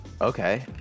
Okay